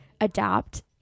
adapt